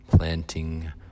Planting